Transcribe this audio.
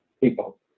people